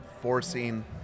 forcing